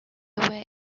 way